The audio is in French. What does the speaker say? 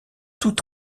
tout